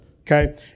okay